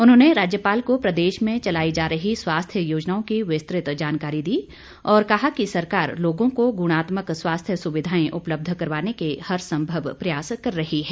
उन्होंने राज्यपाल को प्रदेश में चलाई जा रही स्वस्थ्य योजनाओं की विस्तृत जानकारी दी और कहा कि सरकार लोगों को गुणात्मक स्वास्थ्य सुविधाएं उपलब्ध करवाने के हरसंभव प्रयास कर रही है